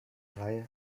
reihe